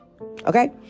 Okay